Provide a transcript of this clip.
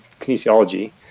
kinesiology